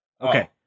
Okay